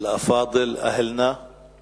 להלן תרגומם לעברית: